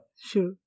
Sure